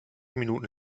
minuten